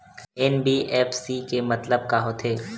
NBFC के मतलब का होथे?